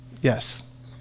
Yes